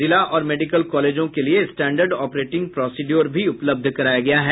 जिला और मेडिकल कॉलेजों के लिए स्टैंडर्ड ऑपरेटिंग प्रोसिड्योर भी उपलब्ध कराया गया है